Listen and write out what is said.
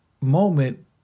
moment